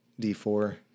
D4